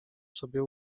sobie